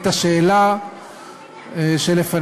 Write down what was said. את השאלה שלפנינו,